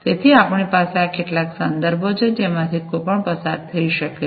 તેથી આપણી પાસે આ કેટલાક સંદર્ભો છે જેમાંથી કોઈ પણ પસાર થઈ શકે છે